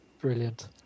Brilliant